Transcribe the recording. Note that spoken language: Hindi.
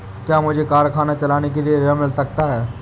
क्या मुझे कारखाना चलाने के लिए ऋण मिल सकता है?